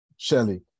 Shelly